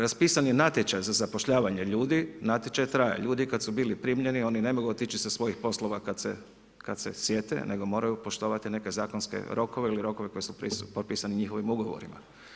Raspisan je natječaj za zapošljavanje ljudi, natječaj traje, ljudi kada su bili primjeni, oni ne mogu otići sa svojih poslova kada se sjete nego moraju poštovati neke zakonske rokove ili rokove koji su potpisani njihovim ugovorima.